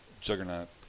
juggernaut